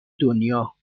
دنیا